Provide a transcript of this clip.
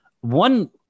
One